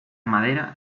madera